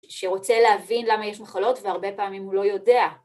שרוצה להבין למה יש מחלות, והרבה פעמים הוא לא יודע.